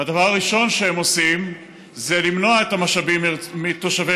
והדבר הראשון שהם עושים זה למנוע את המשאבים מתושבי